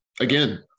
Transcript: Again